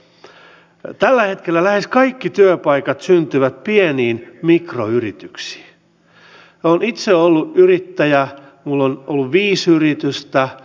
me luotamme tieteeseen ja tutkimukseen in science we trust mutta samalla on hyvin tärkeää että me pystymme parantamaan innovaatio ja tutkimusrahoituksen yhteiskunnallista ja taloudellista vaikuttavuutta